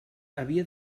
havia